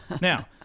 Now